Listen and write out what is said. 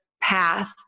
path